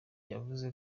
yavuze